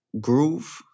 groove